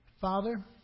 Father